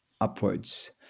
upwards